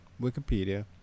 Wikipedia